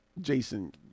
Jason